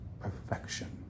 perfection